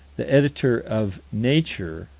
the editor of nature,